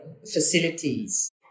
facilities